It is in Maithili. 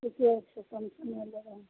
ठीके छौ कम समय लेबै